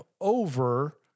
over